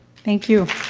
thank you.